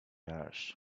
ash